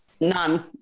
None